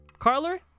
Carler